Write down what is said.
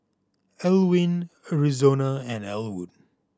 Alwin Arizona and Elwood